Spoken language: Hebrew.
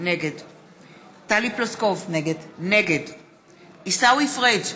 נגד טלי פלוסקוב, נגד עיסאווי פריג'